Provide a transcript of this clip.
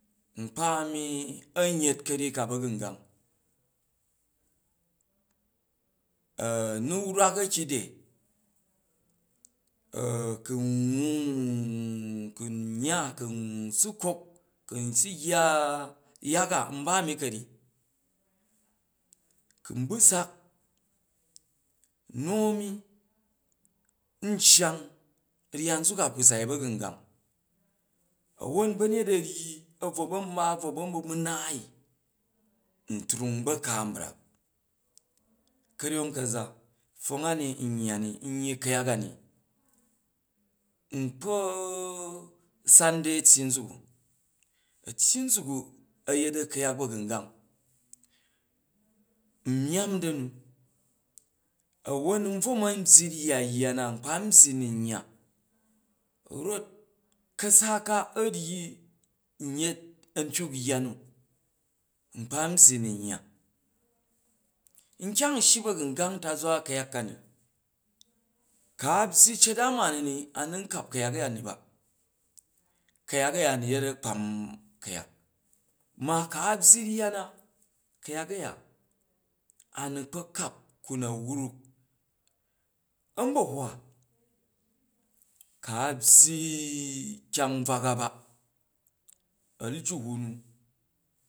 Nkpa a̱mi an yet ka̱ryyi ka ba̱gungang u nu wrak a̱kide ku krun yya ku n su kok, ku a su yya yaka nba mi ka̱ryyi, kun bu sak nu a̱mi n eyang ryya nzuk a ku sai ba̱gungang a̱won ba̱nyet a̱ ryyi a̱bvo man ba ban ba a̱bvo man bu naai n trung n ba ka brak, ka̱ryong ka̱za pfwong ani n yya ni nyyi ku̱yak ani, nkpa̱ san di a̱tyyi nzuk u, a̱tyyi nzuk u a̱yet a̱ku̱yak ba̱gungang n myamm da̱nu a̱won n bvo ma̱n byyi ryya yya na nkpa n byyi a nun yya rof ka̱sa ka a̱ ryyi n yet a̱ntyuk yya nu nkpa n byyi n nun yya, nkyong n shyi ba̱gangang ntazwa ku̱yark kooni, kra byyi eet a mani anu nkap ku̱yak a̱ya ni ba, ku̱yak a̱ya nu yet akpam ku̱yak, ma ku a byyi ryya, ku̱yak a̱ya, a nu kpa̱ kap ku na wruk a̱nba̱hwa, kru a̱ byyi kyang nbvak aba, a̱kyahu nu